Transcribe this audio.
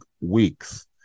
weeks